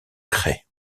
craie